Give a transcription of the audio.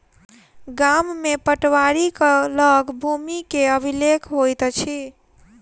गाम में पटवारीक लग भूमि के अभिलेख होइत अछि